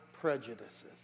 prejudices